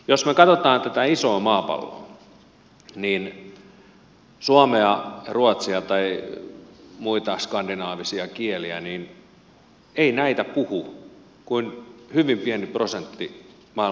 jos me katsomme tätä isoa maapalloa niin suomea ja ruotsia tai muita skandinaavisia kieliä ei puhu kuin hyvin pieni prosentti maailman väestöstä